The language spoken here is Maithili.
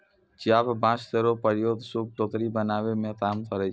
चाभ बांस केरो प्रयोग सूप, टोकरी बनावै मे काम करै छै